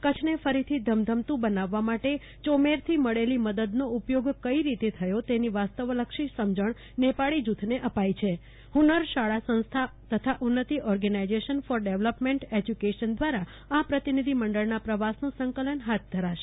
કરછને ફરીથી ધર્મધ્રમતું બનાવવા માટે ચોમેરી થી મળેલી મેદદનો ઉપયોગ કઈ રીતે થયો તેની વ્રાસ્તવલક્ષી જૂથને અપાઈ છે ફુન્નર શાળા સંસ્થા તથા ઉન્નતિ ઓર્ગૈનાઈઝેશન ફોર સમજણ નેપાલી ડેવેલપમૈન્ટ એજ્યુકેશન દ્વારા આ પ્રતિનિધિ મંડળનાં પ્રવાસન સંકલન હાથ ધરશે